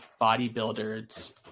bodybuilders